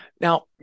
Now